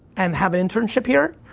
and have an internship here,